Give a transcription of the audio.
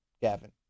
gavin